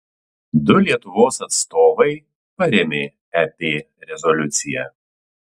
du lietuvos atstovai parėmė ep rezoliuciją